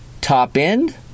top-end